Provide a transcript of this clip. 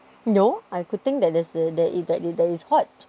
no I could think that there's a that is that is hot